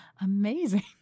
Amazing